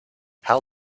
how